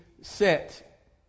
set